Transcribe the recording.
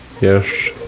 Yes